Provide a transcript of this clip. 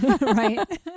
Right